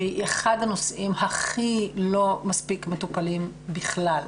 שהוא אחד הנושאים הכי לא מספיק מטופלים בכלל.